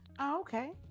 okay